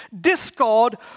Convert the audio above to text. discord